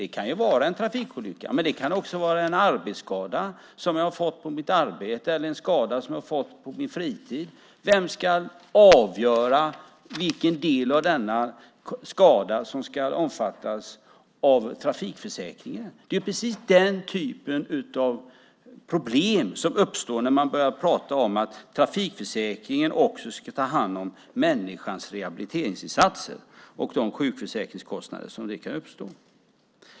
Det kan vara en trafikolycka, men det kan också vara en arbetsskada som man har fått på sitt arbete eller en skada som man har fått på sin fritid. Vem ska avgöra vilken del av denna skada som ska omfattas av trafikförsäkringen? Det är den typen av problem som uppstår när man börjar prata om att trafikförsäkringen också ska ta hand om rehabiliteringsinsatserna och de sjukförsäkringskostnader som kan uppstå där.